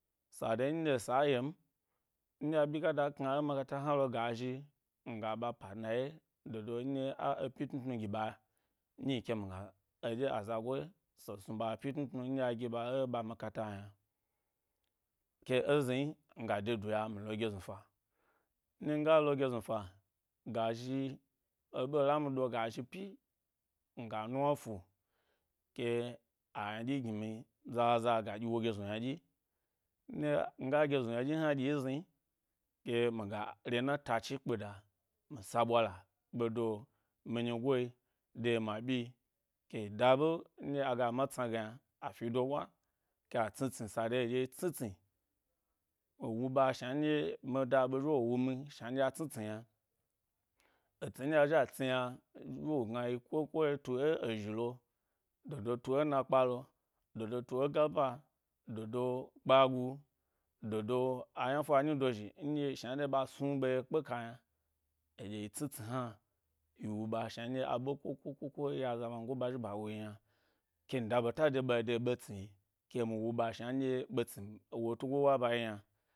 Sade nɗye esa yem, nɗye abyi gada kna ẻ makata hnalo ga zhi, miga ɓa pa dna ye dodo nɗye a ẻ pyi tnu tnu gi ɓa nyi kemigna eɗye azagoe se snu ɓa’ pyi tnu tnu nɗye a gi ɓa e ɓa makata yna. Ke ezni nga duya mi lo gyeznu fa nɗye nga lo gye znufa ga zhi, eɓe lami do ga zhi pyi, miga numa fu ke a ynuɗyi gimi zaza gadyi wo yyoznu ynadyi nɗye nga gyeznu ynaɗyi hna ɗyi zni ke migare na ta chi kpeta mi sa ɓwala ɓedo minigoe de ma byi yi keyi da ɓe nɗye yi ga ma tsna go yna, afi do’ ɓwa ke atsni tsni, sade eɗye yi sni tsni wuɓa shna nɗye mida ɓe zhi wo wumi shna nɗye a tsni tsni yna. Estni nɗye a zhi a tsni yna zhi wo gna yi kokoyi tu ẻ gâbâ dodo kpagu dodo aynafa nyi dozhi nɗye shnanɗye ɓa snu ɓeye kpe ka yna eɗye yi tsni tsni hna, yi wu ɓa shna ɗye aɓe koko koko ya zama go ɓa zhi ɓa wuyi yna, ken da-ɓeta deba de ɓetsni-ke wu ɓa shna nɗye ɓetsni wo tugo ɓwa ba yi yna.